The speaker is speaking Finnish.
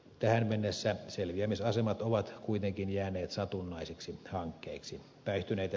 tähän mennessä selviämisasemat ovat kuitenkin jääneet satunnaisiksi hankkeiksi